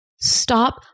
Stop